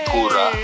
Kura